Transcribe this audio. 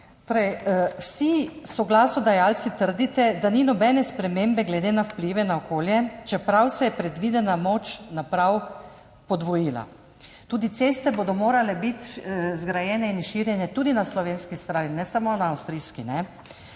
Vsi soglasodajalci trdite, da ni nobene spremembe glede na vplive na okolje, čeprav se je predvidena moč naprav podvojila. Tudi ceste bodo morale biti zgrajene in širjene tudi na slovenski strani, ne samo na avstrijski.